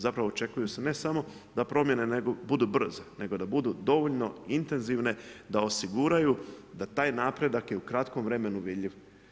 Zapravo očekuje se ne samo da promjene nego da budu brze, nego da budu dovoljno intenzivne, da osiguraju, da taj napredak je u kratkom vremenu vidljiv.